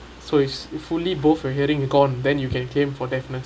so it's it fully both your hearing gone then you can claim for deafness